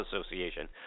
Association